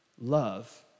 love